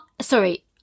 Sorry